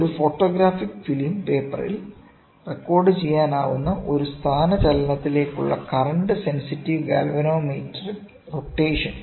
ഒരു photographic film പേപ്പറിൽ റെക്കോർഡുചെയ്യാനാകുന്ന ഒരു സ്ഥാനചലനത്തിലേക്കുള്ള കറണ്ട് സെൻസിറ്റീവ് ഗാൽവാനോമെട്രിക് റൊട്ടേഷൻ